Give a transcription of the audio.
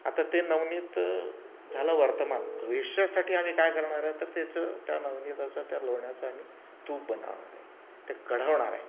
आता ते नवनीत झालं वर्तमान भविष्यासाठी आम्ही काय करणार आहे तर त्याचं त्या नवनीताचं त्या लोण्याचं आम्ही तूप बनवणार आहे ते कढवणार आहे